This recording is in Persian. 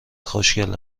خوشگل